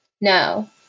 no